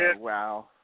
wow